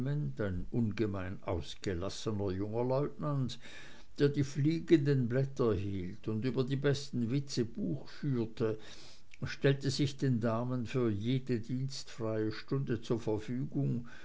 ungemein ausgelassener junger leutnant der die fliegenden blätter hielt und über die besten witze buch führte stellte sich den damen für jede dienstfreie stunde zur verfügung